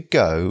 go